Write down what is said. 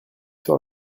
sur